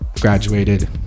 graduated